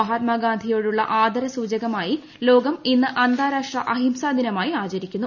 മഹാത്മാ ഗാന്ധിയോടുള്ള ആദരസൂചകമായി ലോകം ഇന്ന് അന്താരാഷ്ട്ര അഹിംസാ ദിനമായി ആച്ച്രിക്കുന്നു